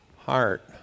heart